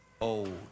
old